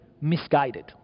misguided